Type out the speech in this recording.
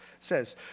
says